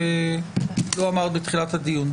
כי לא אמרת בתחילת הדיון.